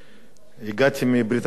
הגעתי מברית-המועצות לשעבר.